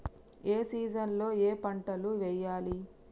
ఏ season లో ఏం పంటలు వెయ్యాలి?